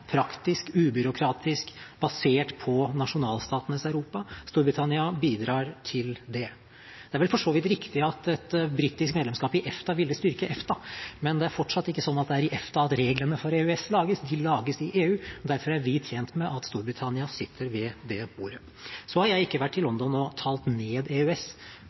praktisk, ubyråkratisk og basert på nasjonalstatenes Europa. Storbritannia bidrar til det. Det er vel for så vidt riktig at et britisk medlemskap i EFTA ville styrke EFTA, men det er fortsatt ikke sånn at det er i EFTA reglene for EØS-land lages. De lages i EU. Derfor er vi tjent med at Storbritannia sitter ved det bordet. Så har jeg ikke vært i London og talt ned EØS.